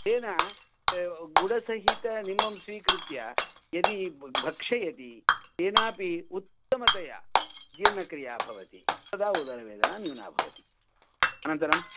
तेन गुडसहितनिम्बं स्वीकृत्य यदि भक्षयति तेनापि उत्तमतया जीर्णक्रिया भवति तदा उदरवेदना न्यूना भवति अनन्तरम्